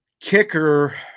Kicker